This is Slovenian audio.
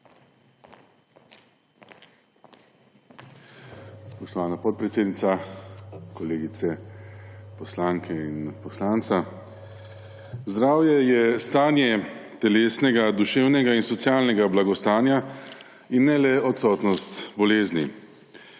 Zdravje je stanje telesnega, duševnega in socialnega blagostanja in ne le odsotnost bolezni.